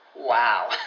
Wow